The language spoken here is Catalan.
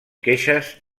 queixes